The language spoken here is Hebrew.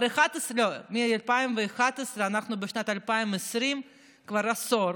מ-2011, אנחנו בשנת 2020, כבר עשור,